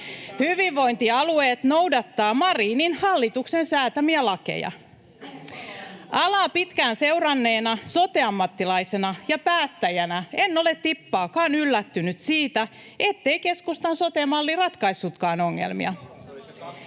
Hyvinvointialueet noudattavat Marinin hallituksen säätämiä lakeja. [Antti Kurvinen: Muuttakaa niitä!] Alaa pitkään seuranneena sote-ammattilaisena ja päättäjänä en ole tippaakaan yllättynyt siitä, ettei keskustan sote-malli ratkaissutkaan ongelmia.